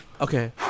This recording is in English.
Okay